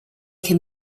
can